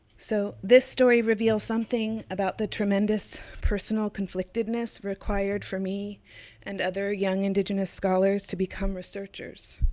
so, this story reveals something about the tremendous personal conflictedness required from me and other young indigenous scholars to become researchers.